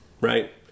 right